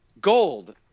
gold